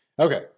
okay